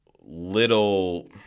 little –